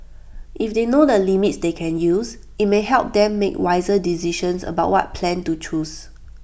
if they know the limits they can use IT may help them make wiser decisions about what plan to choose